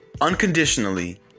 unconditionally